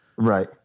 Right